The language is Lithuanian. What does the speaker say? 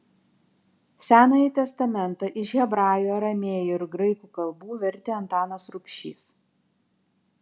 senąjį testamentą iš hebrajų aramėjų ir graikų kalbų vertė antanas rubšys